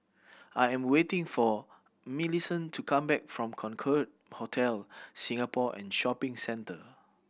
I am waiting for Millicent to come back from Concorde Hotel Singapore and Shopping Centre